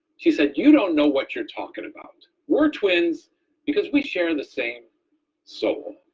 she said you don't know what you're talking about, we're twins because we share the same soul